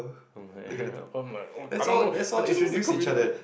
I don't know I just want to communicate